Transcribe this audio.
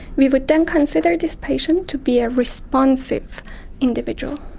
we would then consider this patient to be a responsive individual.